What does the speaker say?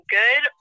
good